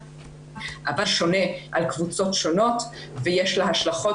אבל שונה על קבוצות שונות ויש לה השלכות